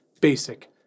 basic